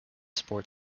sport